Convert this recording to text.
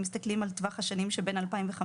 אם מסתכלים על טווח השנים שבין 2015